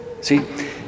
See